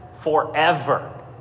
forever